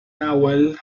nahuel